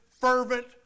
fervent